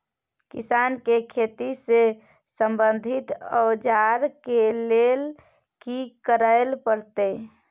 किसान के खेती से संबंधित औजार के लेल की करय परत?